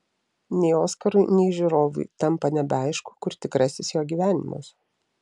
nei oskarui nei žiūrovui tampa nebeaišku kur tikrasis jo gyvenimas